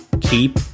keep